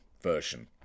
version